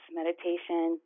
meditation